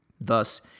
Thus